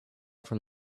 from